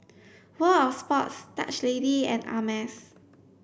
World Of Sports Dutch Lady and Ameltz